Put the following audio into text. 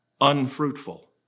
unfruitful